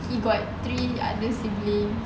he got three other siblings